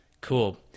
Cool